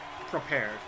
Prepared